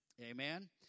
Amen